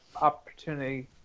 opportunity